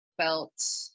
felt